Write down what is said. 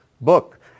book